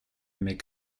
mais